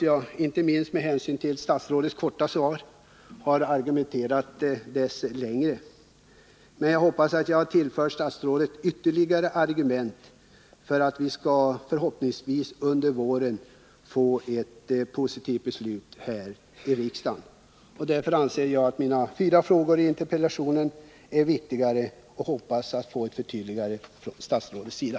Jag är inte minst med tanke på statsrådets korta svar medveten om att jag har argumenterat länge, men jag hoppas att jag har givit statsrådet ytterligare argument i den debatt som förhoppningsvis under våren skall utmynna i ett positivt beslut här i riksdagen. Jag anser att de fyra frågor jag har framställt i interpellationen är viktiga, och jag hoppas att jag kan få ett förtydligande svar från statsrådets sida.